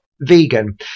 vegan